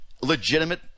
legitimate